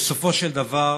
בסופו של דבר,